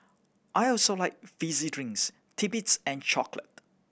I also like fizzy drinks titbits and chocolate